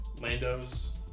Lando's